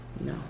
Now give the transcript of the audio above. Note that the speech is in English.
No